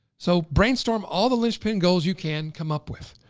so, brainstorm all the linchpin goals you can come up with.